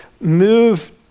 move